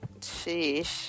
Sheesh